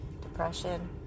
depression